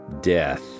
death